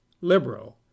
liberal